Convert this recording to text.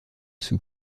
sou